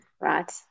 right